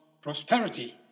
prosperity